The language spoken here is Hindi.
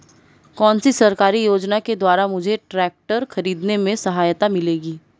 कौनसी सरकारी योजना के द्वारा मुझे ट्रैक्टर खरीदने में सहायता मिलेगी?